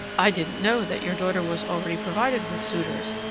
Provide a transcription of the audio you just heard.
i didn't know that your daughter was already provided with suitors,